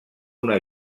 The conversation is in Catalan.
una